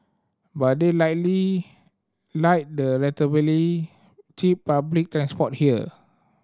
but they likely like the relatively cheap public transport here